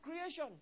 creation